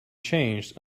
changed